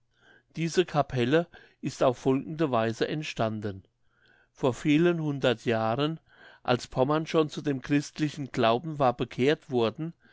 diese capelle ist auf folgende weise entstanden vor vielen hundert jahren als pommern schon zu dem christlichen glauben war bekehrt worden